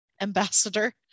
ambassador